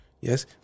yes